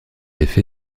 effet